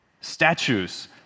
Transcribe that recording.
Statues